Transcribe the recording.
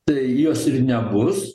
tai jos ir nebus